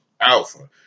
Alpha